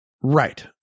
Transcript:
Right